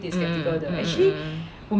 mm mmhmm mmhmm